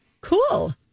cool